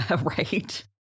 Right